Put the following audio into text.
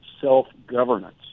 self-governance